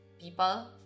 People